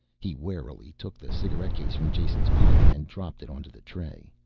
he warily took the cigarette case from jason's pocket and dropped it onto the tray.